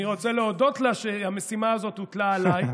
אני רוצה להודות לה שהמשימה הזאת הוטלה עליי.